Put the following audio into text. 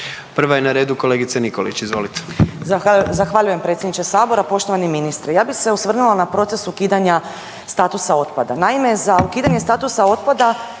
Prva je na redu kolegica Nikolić, izvolite. **Nikolić, Romana (SDP)** Zahvaljujem predsjedniče sabora. Poštovani ministre, ja bih se osvrnula na proces ukidanja statusa otpada. Naime, za ukidanje statusa otpada